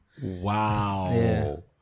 wow